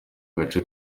gace